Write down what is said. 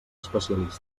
especialista